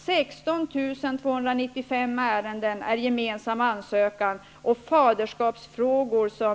16 291 ärenden gällde gemensamma ansökningar, faderskapsfrågor, som